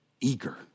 eager